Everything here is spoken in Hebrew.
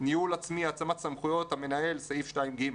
ניהול עצמי, התאמת סמכויות המנהל, סעיף 2(ג).